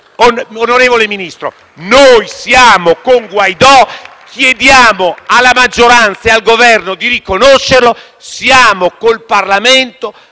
Onorevole Ministro, noi siamo con Guaidó e chiediamo alla maggioranza e al Governo di riconoscerlo. Siamo con il Parlamento